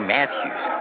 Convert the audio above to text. Matthews